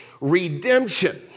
redemption